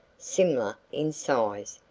similar in size,